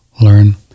learn